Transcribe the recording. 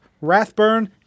Rathburn